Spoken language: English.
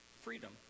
Freedom